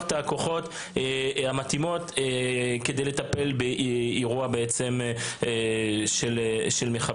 את הכוחות המתאימים כדי לטפל באירוע של מחבל,